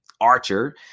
Archer